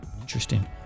Interesting